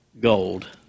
gold